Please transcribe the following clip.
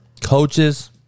coaches